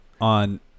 On